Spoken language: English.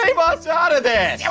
leave us out of this! yeah